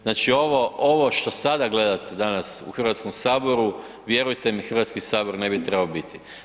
Znači ovo, ovo sada gledate danas u Hrvatskom saboru vjerujte mi Hrvatski sabor ne bi trebao biti.